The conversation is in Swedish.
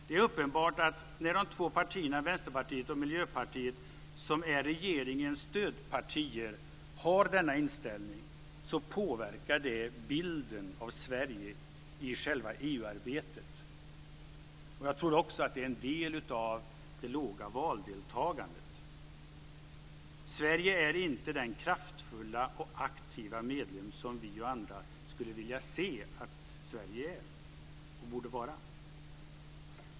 Det är uppenbart att när de två partier, Vänsterpartiet och Miljöpartiet, som är regeringens stödpartier har denna inställning påverkar det bilden av Sverige i själva EU-arbetet. Jag tror också att det förklarar en del av det låga valdeltagandet. Sverige är inte den kraftfulla och aktiva medlem som vi och andra skulle vilja se att Sverige var och som Sverige borde vara.